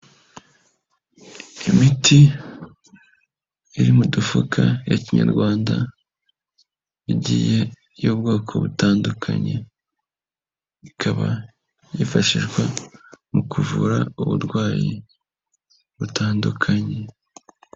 Imiti iri mu dufuka ya kinyarwanda igiye y'ubwoko butandukanye ikaba yifashishwa mu kuvura uburwayi butandukanye.